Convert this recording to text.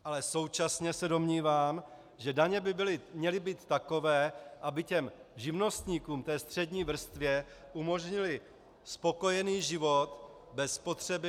Ale současně se domnívám, že daně by měly být takové, aby těm živnostníkům, té střední vrstvě, umožnily spokojený život bez potřeby lumpačit.